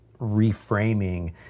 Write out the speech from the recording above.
reframing